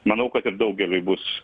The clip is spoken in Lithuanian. manau kad ir daugeliui bus